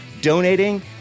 donating